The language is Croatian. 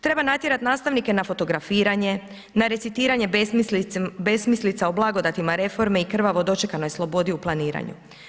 Treba natjerati nastavnike na fotografiranje, na recitiranje besmislica o blagodatima reforme i krvavo dočekanoj slobodi u planiranju.